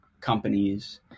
companies